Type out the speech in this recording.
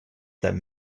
that